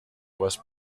was